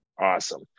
Awesome